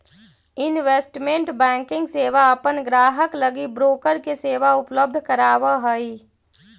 investment banking सेवा अपन ग्राहक लगी ब्रोकर के सेवा उपलब्ध करावऽ हइ